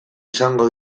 izango